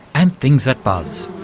and things that buzz